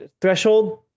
threshold